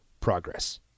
progress